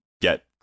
get